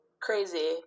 crazy